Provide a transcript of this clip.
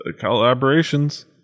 collaborations